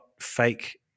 fake